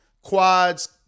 quads